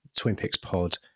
TwinPixPod